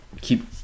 keep